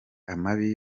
amabi